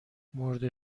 مرده